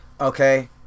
Okay